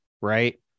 right